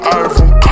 iPhone